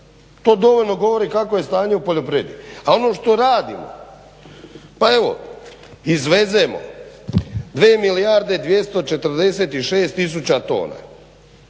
To dovoljno govori kakvo je stanje u poljoprivredi, a ono što radimo. Pa evo izvezemo dvije milijarde 246 tisuća tona,